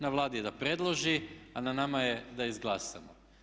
Na Vladi je da predloži a na nama je da izglasamo.